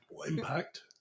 Impact